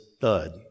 thud